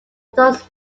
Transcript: those